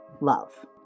love